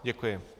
Děkuji.